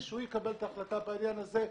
הוא זה שיקבל את ההחלטה בעניין הזה.